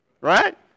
right